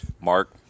Mark